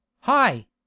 Hi